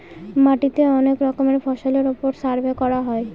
মাটিতে অনেক রকমের ফসলের ওপর সার্ভে করা হয়